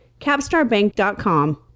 CapstarBank.com